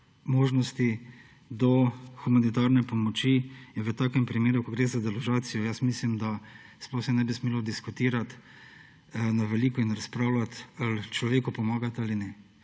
možnosti do humanitarne pomoči. In v takem primeru, ko gre za deložacijo, mislim, da sploh se ne bi smelo diskutirati na veliko in razpravljati, ali človeku pomagati ali ne.